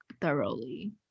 thoroughly